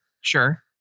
Sure